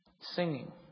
Singing